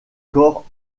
corps